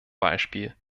beispiel